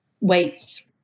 wait